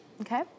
Okay